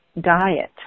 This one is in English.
diet